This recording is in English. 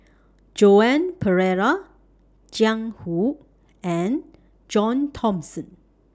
Joan Pereira Jiang Hu and John Thomson